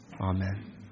Amen